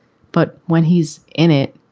but when he's in it,